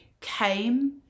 came